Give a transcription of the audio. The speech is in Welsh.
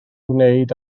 wneud